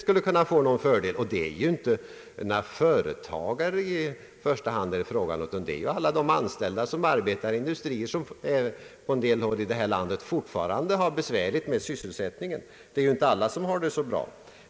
Det är inte i första hand företagare det är fråga om, utan också bl.a. alla de anställda inom industrier på en hel del håll i vårt land som fortfarande har besvär med sysselsättningen. Alla har det inte så bra.